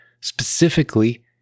specifically